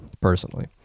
personally